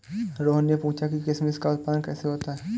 रोहन ने पूछा कि किशमिश का उत्पादन कैसे होता है?